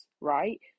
right